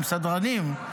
הם סדרנים.